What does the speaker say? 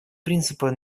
принципа